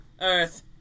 Earth